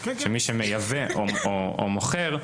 שמי שמייבא או מוכר,